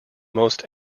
most